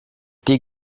die